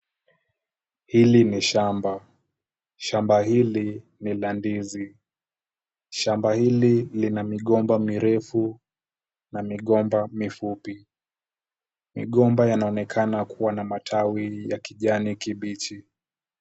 Hili ni shamba. Shamba hili ni la ndizi. Shamba hili lina migomba mirefu na migomba mifupi. Migomba yanaonekana kuwa na matawi ya kijani kibichi.